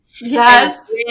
Yes